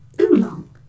oolong